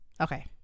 Okay